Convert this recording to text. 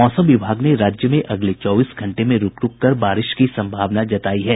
मौसम विभाग ने राज्य में अगले चौबीस घंटे में रूक रूककर बारिश की संभावना जतायी है